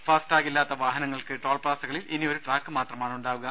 ഫാസ്ടാഗില്ലാത്ത വാഹനങ്ങൾക്ക് ടോൾപ്പാസകളിൽ ഇനി ഒരു ട്രാക്ക് മാത്രമാണുണ്ടാവുക